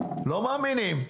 לא מאמינים.